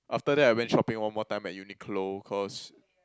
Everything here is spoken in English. after that I went shopping one more time at Uniqlo cause